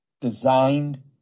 designed